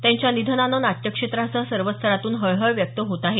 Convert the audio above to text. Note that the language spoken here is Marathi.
त्यांच्या निधनानं नाट्यक्षेत्रासह सर्वच स्तरातून हळहळ व्यक्त होत आहे